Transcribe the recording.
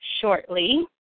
shortly